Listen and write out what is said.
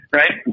right